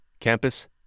campus